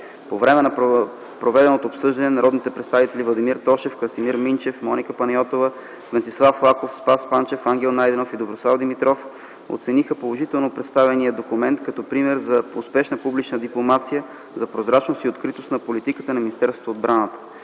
По време на проведеното обсъждане народните представители Владимир Тошев, Красимир Минчев, Моника Панайотова, Венцислав Лаков, Спас Панчев, Ангел Найденов и Доброслав Димитров оцениха положително представения документ като пример за успешна публична дипломация, за прозрачност и откритост на политиката на Министерството на отбраната.